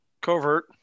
Covert